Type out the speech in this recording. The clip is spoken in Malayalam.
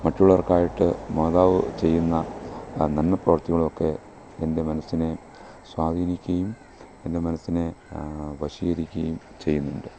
മറ്റുള്ളവർക്കായിട്ട് മാതാവ് ചെയ്യുന്ന നന്മ പ്രവർത്തികളൊക്കെ എൻ്റെ മനസ്സിനെ സ്വാധീനിക്കുകയും എൻ്റെ മനസ്സിനെ വശീകരിക്കുകയും ചെയ്യുന്നുണ്ട്